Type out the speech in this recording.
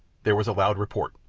there was a loud report.